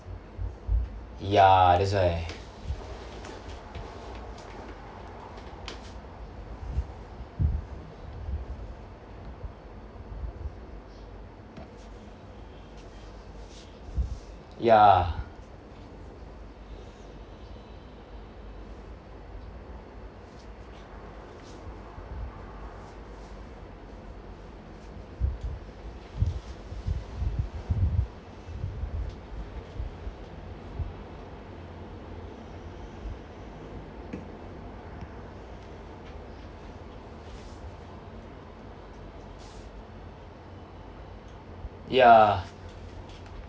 ya that's why ya ya